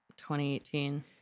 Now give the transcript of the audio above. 2018